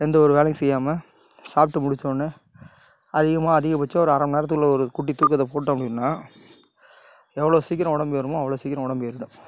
எந்த ஒரு வேளையும் செய்யாமல் சாப்பிட்டு முடிச்சோன்ன அதிகமாக அதிகபட்சம் ஒரு அரை மணி நேரத்துக்குள்ள ஒரு குட்டி தூக்கத்தை போட்டோம் அப்படின்னா எவ்வளோ சீக்கிரம் உடம்பு ஏறுணுமோ அவ்வளோ சீக்கிரம் உடம்பு ஏறிடும்